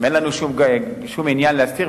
אין לנו שום עניין להסתיר,